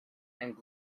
and